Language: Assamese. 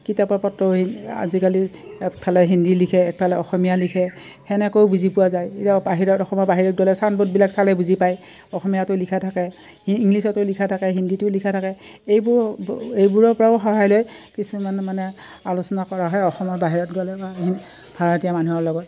কিতাপৰ পত্ৰ আজিকালি এক ফালে হিন্দী লিখে এক ফালে অসমীয়া লিখে তেনেকৈও বুজি পোৱা যায় এতিয়া বাহিৰত অসমৰ বাহিৰত গ'লে চাইনবৰ্ডবিলাক চালে বুজি পায় অসমীয়াটো লিখা থাকে ইংলিছতো লিখা থাকে হিন্দীটো লিখা থাকে এইবোৰ এইবোৰৰ পৰাও সহায় লৈ কিছুমান মানে আলোচনা কৰা হয় অসমৰ বাহিৰত গ'লে বা ভাৰতীয় মানুহৰ লগত